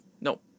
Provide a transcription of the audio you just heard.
no